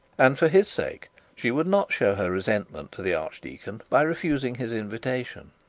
and for his sake she would not show her resentment to the archdeacon by refusing his invitation.